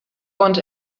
want